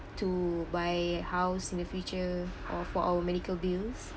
to buy house in the future or for our medical bills